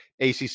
ACC